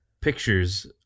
pictures